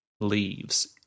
leaves